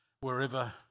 wherever